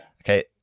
Okay